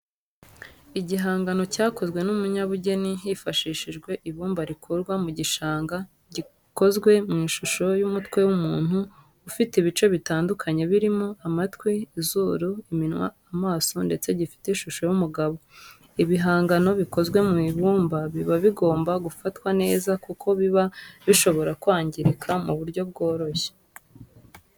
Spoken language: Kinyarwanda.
Igihangano cyakozwe n'umunyabugeni hifashishijwe ibumba rikurwa mu gishanga, gikozwe mu ishusho y'umutwe w'umuntu ufite ibice bitandukanye birimo amatwi, izuru, iminwa, amaso ndetse gifite ishusho y'umugabo, ibihangano bikozwe mu ibumba biba bigomba gufatwa neza kuko biba bishobora kwangirika mu buryo bworoshye.